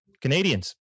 Canadians